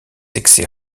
excès